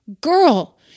Girl